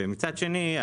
ומצד שני,